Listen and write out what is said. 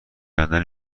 کندن